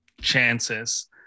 chances